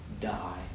die